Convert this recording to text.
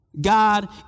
God